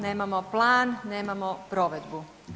Nemamo plan, nemamo provedbu.